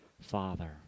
Father